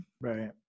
right